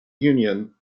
union